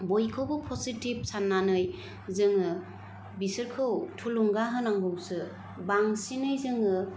बयखौबो फजिथिभ साननानै जोङो बिसोरखौ थुलुंगा होनांगौसो बांसिनै जोङो